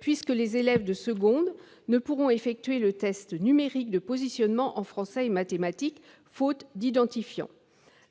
puisque les élèves de seconde ne pourront pas effectuer le test numérique de positionnement en français et en mathématiques faute de cet identifiant.